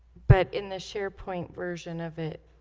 but in the sharepoint version of it